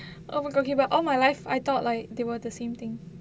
oh okay but all my life I thought like they were the same thing